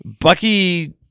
bucky